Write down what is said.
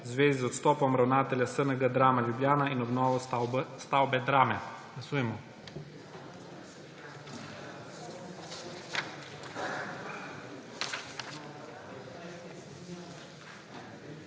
v zvezi z odstopom ravnatelja SNG Drama Ljubljana in obnovo stavbe Drame.